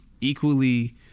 equally